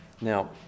Now